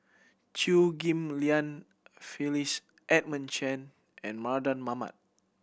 Chew Ghim Lian Phyllis Edmund Chen and Mardan Mamat